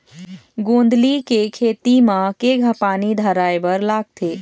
गोंदली के खेती म केघा पानी धराए बर लागथे?